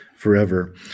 Forever